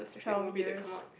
twelve years